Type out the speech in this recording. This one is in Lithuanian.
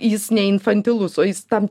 jis neinfantilus o jis tam